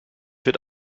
wird